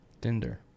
Tinder